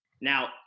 Now